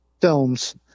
films